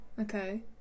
okay